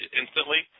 instantly